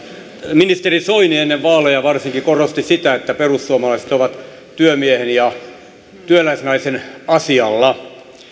ministeri soini ennen vaaleja varsinkin korosti sitä että perussuomalaiset ovat työmiehen ja työläisnaisen asialla